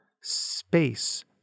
space